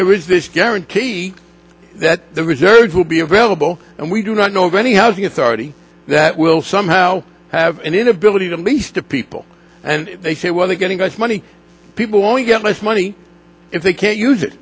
there is this guarantee that the reserves will be available and we do not know of any housing authority that will somehow have an inability to lease to people and they say well they're getting us money people only get less money if they can't use